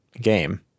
game